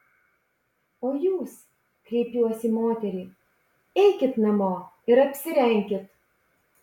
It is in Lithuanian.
o jūs kreipiuos į moterį eikit namo ir apsirenkit